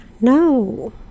No